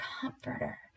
comforter